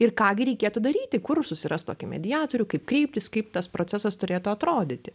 ir ką gi reikėtų daryti kur susirast tokį mediatorių kaip kreiptis kaip tas procesas turėtų atrodyti